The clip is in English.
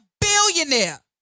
Billionaire